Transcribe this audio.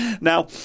Now